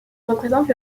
représente